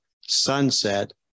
sunset